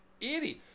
idiot